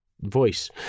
Voice